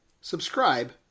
subscribe